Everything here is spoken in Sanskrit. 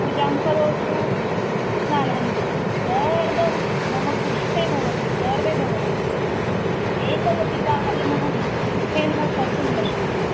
पूजां करोतु स्नानं करोतु सर्वं मम पृष्टे भवन्ति सर्वे भवन्ति एकमपि कार्यमहं सुखेेन कर्तुं न शक्नोमि